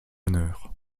bonheurs